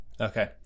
Okay